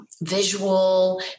visual